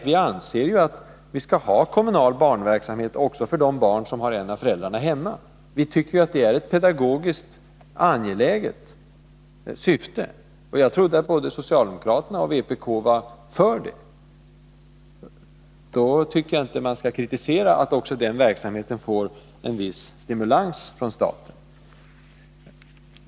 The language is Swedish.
Vi anser att vi skall ha kommunal barnverksamhet också för de barn som har en av föräldrarna hemma, eftersom det har ett pedagogiskt angeläget syfte. Jag trodde att både socialdemokraterna och vpk var för det. Då borde de inte kritisera att också den verksamheten får en viss stimulans från staten.